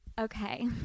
Okay